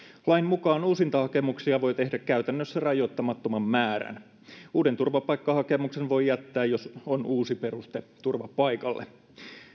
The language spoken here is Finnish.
lain mukaan uusintahakemuksia voi tehdä käytännössä rajoittamattoman määrän uuden turvapaikkahakemuksen voi jättää jos on uusi peruste turvapaikalle